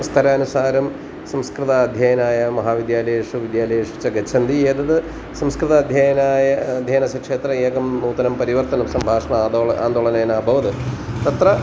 स्तरानुसारं संस्कृत अध्ययनाय महाविद्यालयेषु विद्यालयेषु च गच्छन्ति एतद् संस्कृत अध्ययनाय अध्ययनस्य क्षेत्रे एकं नूतनं परिवर्तनं सम्बाषण आन्दोलनम् आन्दोलनेन अभवत् तत्र